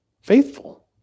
faithful